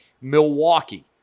Milwaukee